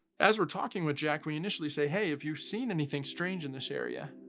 as we're talking with jack, we initially say, hey, have you seen anything strange in this area?